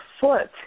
foot